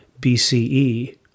BCE